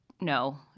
no